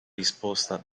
risposta